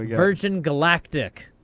yeah virgin galactic.